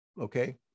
Okay